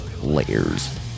Layers